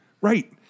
Right